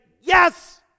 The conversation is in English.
Yes